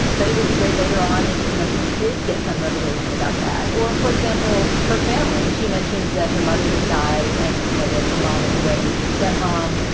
but it would be great later on if you know he did get some revelation about that. or, for example, her family, she mentions that her mother has died. and, you know, the the mom at the wedding is her step mom.